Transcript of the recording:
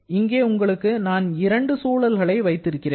இங்கே உங்களுக்கு நான் இரண்டு சூழல்களை வைத்திருக்கிறேன்